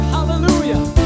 Hallelujah